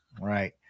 right